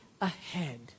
ahead